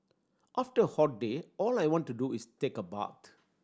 after a hot day all I want to do is take a bath